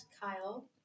Kyle